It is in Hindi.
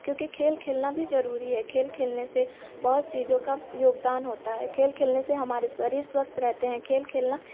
क्योंकि खेल खेलना भी ज़रूरी है खेल खेलने से बहुत चीज़ों का योगदान होता है खेल खेलने से हमारे शरीर स्वस्थ रहते हैं खेल खेलना